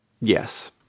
Yes